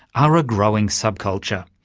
are a growing subculture.